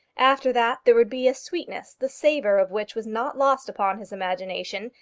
after that there would be a sweetness, the savour of which was not lost upon his imagination,